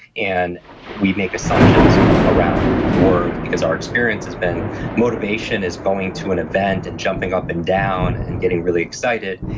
and we make assumptions around words, because our experience has been motivation is going to an event and jumping up and down and getting really excited.